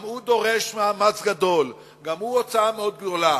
גם הוא דורש מאמץ גדול, גם הוא הוצאה מאוד גדולה.